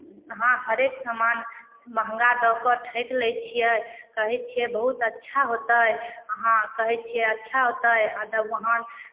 अहाँ हरेक समान महँगा दऽ कऽ ठकि लै छियै कहै छियै बहुत अच्छा होतै अहाँ कहै छियै अच्छा होतै आ तऽ उहाँ